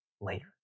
later